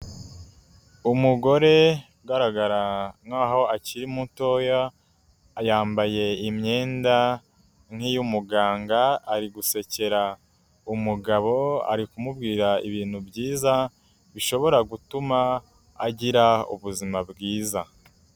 Umugore ugaragara nk'aho akiri mutoya yambaye imyenda nk'iy'umuganga, ari gusekera umugabo, ari kumubwira ibintu byiza, bishobora gutuma agira ubuzima bwiza.